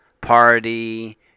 party